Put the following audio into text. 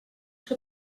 que